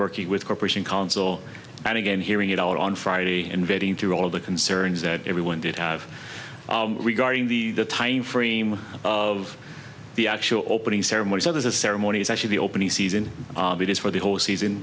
working with corporation counsel and again hearing it out on friday and vetting through all of the concerns that everyone did have regarding the time frame of the actual opening ceremony so there's a ceremony is actually open season it is for the whole season